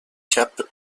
cap